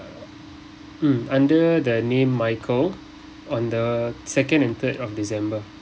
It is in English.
mm under the name michael on the second and third of december